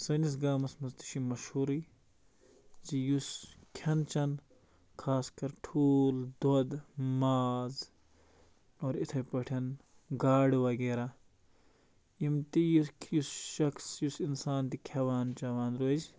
سٲنِس گامَس منٛز تہِ چھِ مشہوٗرٕے زِ یُس کھٮ۪ن چٮ۪ن خاص کَر ٹھوٗل دۄد ماز اور یِتھٕے پٲٹھٮ۪ن گاڈٕ وغیرہ یِم تہِ یُس یُس شخص یُس اِنسان تہِ کھٮ۪وان چٮ۪وان روزِ